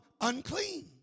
unclean